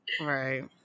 right